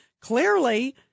clearly